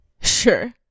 Sure